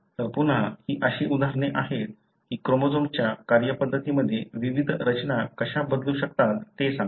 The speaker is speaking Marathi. तर पुन्हा ही अशी उदाहरणे आहेत की क्रोमोझोम्सच्या कार्यपद्धतीमध्ये विविध रचना कशा बदलू शकतात हे सांगतात